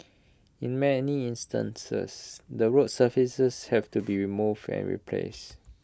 in many instances the road surfaces have to be removed and replaced